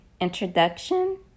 introduction